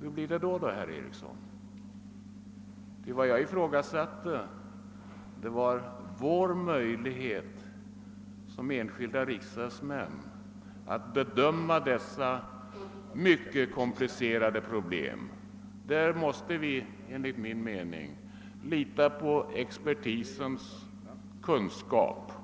hur blir det då, herr Eriksson? Vad jag ifrågasatte var våra möjligheter som enskilda riksdagsmän att bedöma dessa mycket komplicerade problem. Där måste vi enligt min mening lita på expertisens kunskaper.